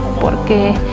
Porque